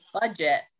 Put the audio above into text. budget